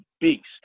beast